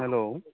hello